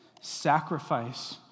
Sacrifice